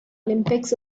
olympics